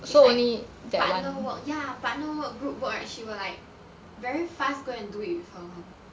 it's like partner work ya partner work group work right she will like very fast go and do it with her [one]